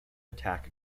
attack